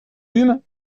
eûmes